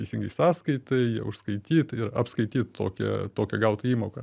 teisingai sąskaitai ją užskaityt ir apskaityt tokią tokią gautą įmoką